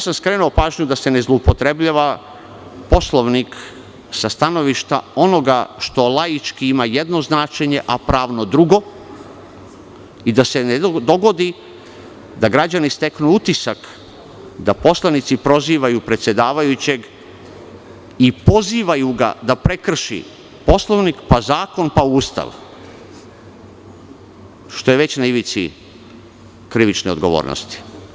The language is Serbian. Skrenuo sam pažnju da se ne zloupotrebljava Poslovnik sa stanovišta onoga što laički ima jedno značenje, a pravno drugo i da se ne dogodi da građani steknu utisak da poslanici prozivaju predsedavajućeg i pozivaju ga da prekrši Poslovnik, pa zakon, pa Ustav, a što je na ivici krivične odgovornosti.